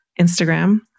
Instagram